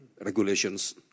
regulations